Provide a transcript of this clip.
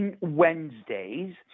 Wednesdays